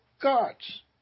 gods